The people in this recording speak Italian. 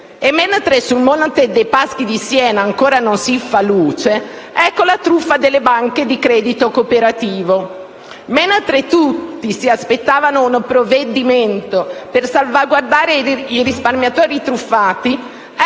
E mentre su Monte dei Paschi di Siena ancora non si fa luce, ecco la truffa delle banche di credito cooperativo. Mentre tutti si aspettavano un provvedimento per salvaguardare i risparmiatori truffati, ecco un provvedimento che, da una parte,